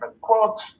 quote